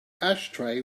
ashtray